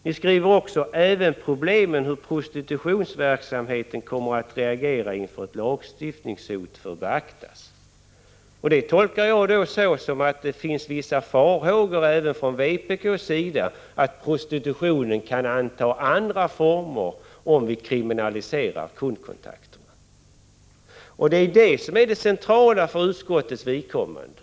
Ni skriver också: ” Även problemen hur prostitutionsverksamheten kommer att reagera inför ett lagstiftningshot får beaktas.” Detta tolkar jag som att även vpk anser att det finns vissa risker för att prostitutionen kan anta andra former, om vi kriminaliserar kundkontakterna. Det är detta som är det centrala för utskottets vidkommande.